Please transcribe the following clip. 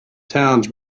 towns